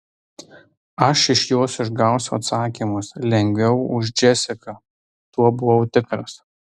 aš iš jos išgausiu atsakymus lengviau už džesiką tuo buvau tikras